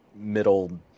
middle